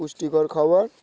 পুষ্টিকর খবর